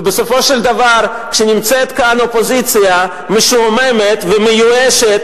כשנמצאת כאן אופוזיציה משועממת ומיואשת